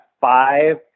five